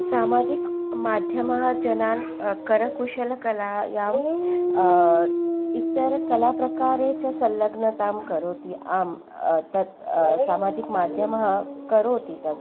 सामाजिकमाध्यमाः जनान् करकुशलकलायाम् इतरकलाप्रकारे च सल्लग्नतां करोति आम् तत् सामाजिकमाध्यमाः करोति तत्